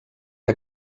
que